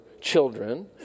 children